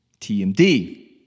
TMD